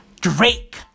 Drake